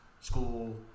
school